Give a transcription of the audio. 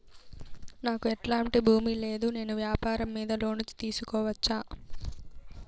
నాకు ఎట్లాంటి భూమి లేదు నేను వ్యాపారం మీద లోను తీసుకోవచ్చా?